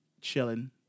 chilling